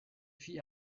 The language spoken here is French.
fit